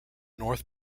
north